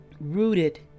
Rooted